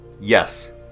Yes